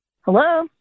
Hello